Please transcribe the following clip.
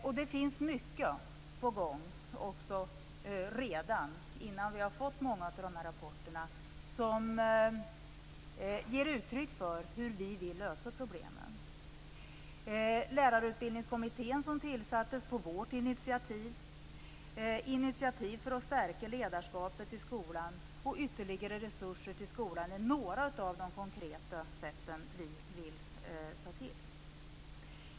Och det finns mycket på gång också redan innan vi har fått många av dessa rapporter som ger uttryck för hur vi vill lösa problemen. Lärarutbildningskommittén som tillsattes på vårt initiativ för att stärka ledarskapet i skolan och ytterligare resurser till skolan är några av de konkreta sätten som vi vill ta till.